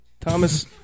Thomas